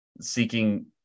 seeking